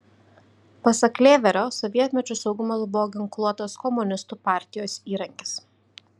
pasak lėverio sovietmečiu saugumas buvo ginkluotas komunistų partijos įrankis